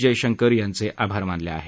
जयशंकर यांचे आभार मानले आहेत